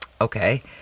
Okay